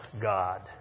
God